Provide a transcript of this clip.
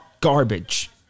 garbage